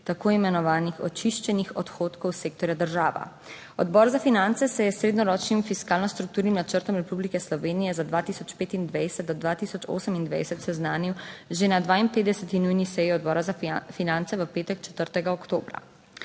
tako imenovanih očiščenih odhodkov sektorja Država. Odbor za finance se je s srednjeročnim fiskalno strukturnim načrtom Republike Slovenije za 2025-2028 seznanil že na 52. nujni seji Odbora za finance v petek 4. oktobra.